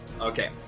Okay